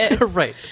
Right